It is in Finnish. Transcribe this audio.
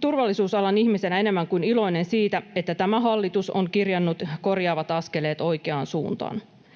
turvallisuus-alan ihmisenä enemmän kuin iloinen siitä, että tämä hallitus on kirjannut korjaavat askeleet oikeaan suuntaan.